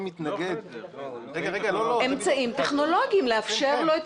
מתנגד --- אמצעים טכנולוגיים לאפשר לו,